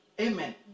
Amen